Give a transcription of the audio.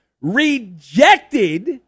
rejected